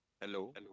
Hello